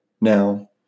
Now